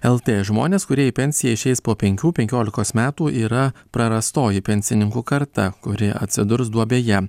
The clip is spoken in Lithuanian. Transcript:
lt žmonės kurie į pensiją išeis po penkių penkiolikos metų yra prarastoji pensininkų karta kuri atsidurs duobėje